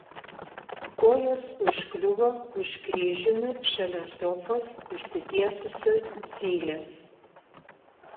kojos užkliuvo už kryžiumi šalia sofos išsitiesusio zylės